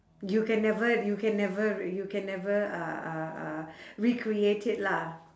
you can never you can never r~ you can never uh uh uh recreate it lah